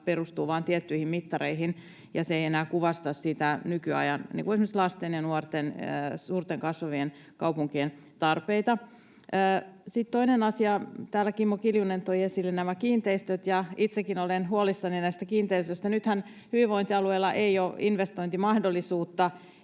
perustuu vain tiettyihin mittareihin, ja se ei enää kuvasta nykyajan, esimerkiksi lasten ja nuorten ja suurten kasvavien kaupunkien, tarpeita. Sitten toinen asia: Täällä Kimmo Kiljunen toi esille nämä kiinteistöt, ja itsekin olen huolissani näistä kiinteistöistä. Nythän hyvinvointialueilla ei ole investointimahdollisuutta,